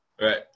Right